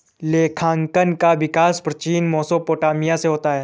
लेखांकन का विकास प्राचीन मेसोपोटामिया से होता है